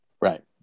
right